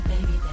baby